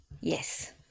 yes